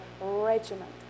regiment